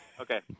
Okay